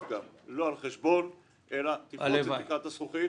גם לא על חשבון אלא לפרוץ את תקרת הזכוכית,